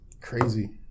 crazy